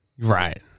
Right